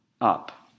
up